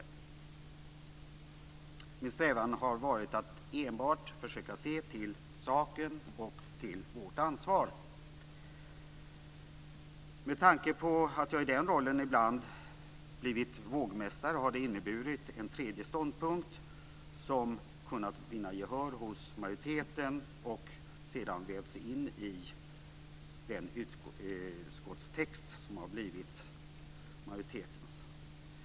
Min strävan har varit att enbart försöka se till saken och till vårt ansvar. Med tanke på att jag i den rollen ibland blivit vågmästare har det inneburit en tredje ståndpunkt som kunnat vinna gehör hos majoriteten och sedan vävts in i den utskottstext som har blivit majoritetens.